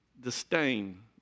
disdain